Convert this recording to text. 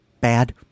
bad